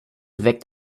weckt